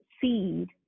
seed